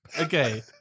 Okay